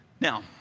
Now